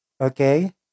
Okay